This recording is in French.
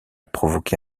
provoqué